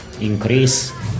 increase